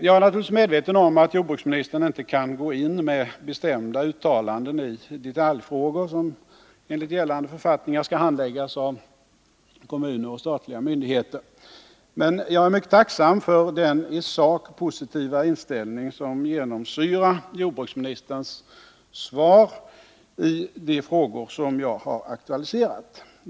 Jag är naturligtvis medveten om att jordbruksministern inte kan gå in med bestämda uttalanden i detaljfrågor som enligt gällande författningar skall handläggas av kommuner och statliga myndigheter, men jag är mycket tacksam för den i sak positiva inställning som genomsyrar hans anförande i de frågor som jag aktualiserat.